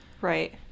Right